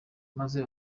maze